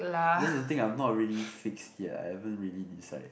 that's the thing I'm not really fix yet I haven't really decide